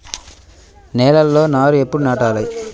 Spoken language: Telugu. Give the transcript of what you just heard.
నేలలో నారు ఎప్పుడు నాటాలి?